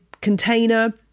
container